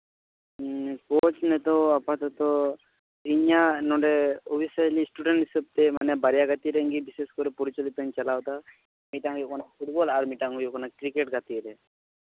ᱠᱳᱪ ᱱᱤᱛᱚᱜ ᱟᱯᱟᱛᱚᱛᱚ ᱤᱧᱟ ᱜ ᱱᱚᱸᱰᱮ ᱚᱯᱷᱤᱥ ᱨᱮᱱ ᱤᱥᱴᱩᱰᱮᱱᱴ ᱦᱤᱥᱟᱹᱵᱛᱮ ᱢᱟᱱᱮ ᱵᱟᱨᱭᱟ ᱜᱟᱛᱮ ᱨᱮᱱ ᱜᱮ ᱵᱤᱥᱮᱥ ᱠᱚᱨᱮ ᱯᱚᱨᱤᱪᱟᱞᱤᱛᱚᱧ ᱪᱟᱞᱟᱣᱫᱟ ᱢᱤᱫᱴᱟᱱ ᱦᱩᱭᱩᱜ ᱠᱟᱱᱟ ᱯᱷᱩᱴᱵᱚᱞ ᱢᱤᱫᱴᱟᱱ ᱦᱩᱭᱩᱜ ᱠᱟᱱᱟ ᱠᱨᱤᱠᱮᱴ ᱜᱟᱛᱮᱜ ᱨᱮ